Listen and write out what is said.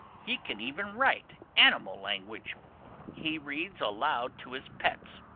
he can even write animal-language. he reads aloud to his pets.